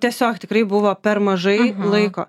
tiesiog tikrai buvo per mažai laiko